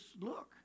look